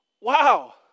wow